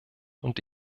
und